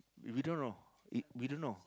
we don't know we we don't know